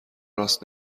راس